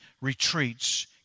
retreats